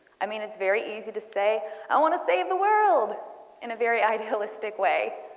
i mean it's very easy to say i want to save the world in a very idealistic way.